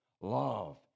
love